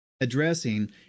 addressing